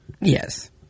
Yes